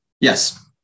Yes